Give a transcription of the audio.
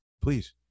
Please